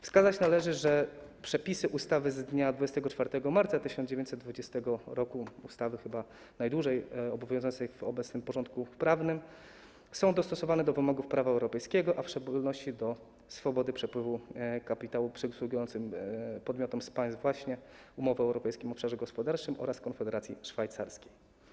Wskazać należy, że przepisy ustawy z dnia 24 marca 1920 r., ustawy chyba najdłużej obowiązującej w obecnym porządku prawnym, są dostosowane do wymogów prawa europejskiego, a w szczególności do swobody przepływu kapitału przysługującej podmiotom z państw właśnie umowy o Europejskim Obszarze Gospodarczym oraz Konfederacji Szwajcarskiej.